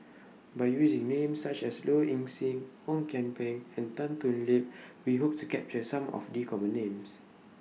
By using Names such as Low Ing Sing Ong Kian Peng and Tan Thoon Lip We Hope to capture Some of The Common Names